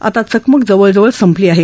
आता चकमक जवळजवळ संपली आहे